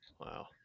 Wow